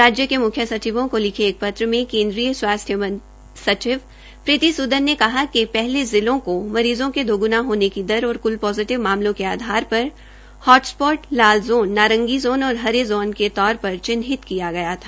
राज्य के मुख्य सचिवों को लिखे एक पत्र में केन्द्रीय स्वास्थ्य सचिव प्रीति सूदन ने कहा कि पहले पिलो को मरीज़ों के दोग्णा होने की दर और क्ल पोषि टिव मामलों के आधार पर हॉट सपॉट लाल ज़ोन नारंगी ज़ोन और हरे ज़ोन के तौर पर चिन्हित किया गया था